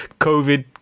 covid